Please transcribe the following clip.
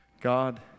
God